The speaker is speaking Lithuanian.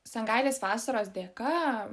sangailės vasaros dėka